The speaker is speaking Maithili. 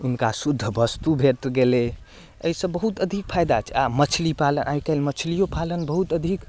हुनका शुद्ध वस्तु भेट गेलै एहिसँ बहुत अधिक फायदा छै आ मछली पालन आइकाल्हि मछलियो पालन बहुत अधिक